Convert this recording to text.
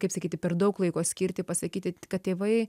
kaip sakyti per daug laiko skirti pasakyti kad tėvai